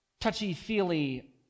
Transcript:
touchy-feely